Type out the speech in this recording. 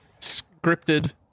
Scripted